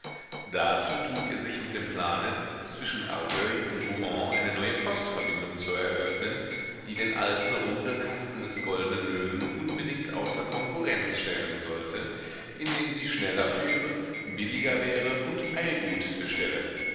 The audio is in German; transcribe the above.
dazu trug er sich mit dem plane zwischen argueil und rouen eine neue postverbindung zu eröffnen die den alten rumpelkasten des goldnen löwen unbedingt außer konkurrenz stellen sollte indem sie schneller führe billiger wäre und eilgut bestelle